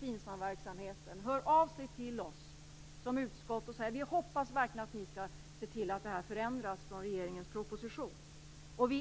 FINSAM-verksamheten har hört av sig till utskottet och sagt att de verkligen hoppas att utskottet ser till att det blir en förändring i förhållande till regeringens proposition. De